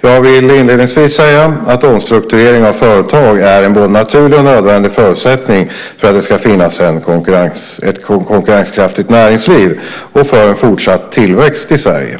Jag vill inledningsvis säga att omstrukturering av företag är en både naturlig och nödvändig förutsättning för att det ska kunna finnas ett konkurrenskraftligt näringsliv och för en fortsatt tillväxt i Sverige.